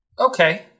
okay